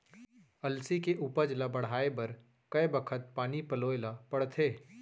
अलसी के उपज ला बढ़ए बर कय बखत पानी पलोय ल पड़थे?